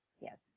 Yes